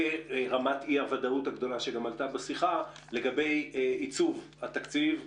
ורמת אי-הוודאות הגדולה שהציג מנכ"ל האוצר לגבי עיצוב התקציב.